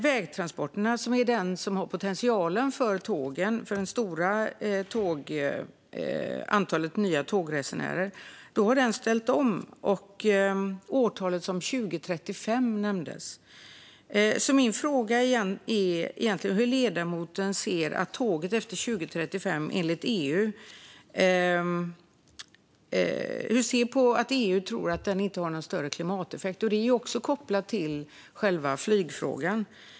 Vägtransporterna har potentialen för tågen och för det stora antalet nya tågresenärer. Då har de ställt om. Årtal som 2035 nämndes. Min fråga är hur ledamoten ser på att tåget efter 2035 enligt EU inte har någon större klimateffekt. Det är också kopplat till själva flygfrågan.